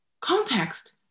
context